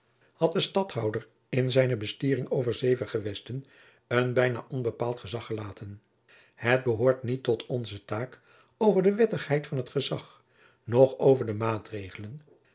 had den stadhouder in zijne bestiering over zeven gewesten een bijna onbepaald gezag gelaten het behoort niet tot onze jacob van lennep de pleegzoon taak over de wettigheid van dat gezag noch over de maatregelen